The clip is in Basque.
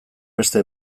beste